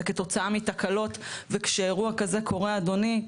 זה כתוצאה מתקלות וכשאירוע כזה קורה אדוני,